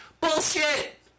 Bullshit